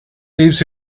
thieves